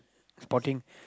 spotting